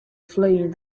flame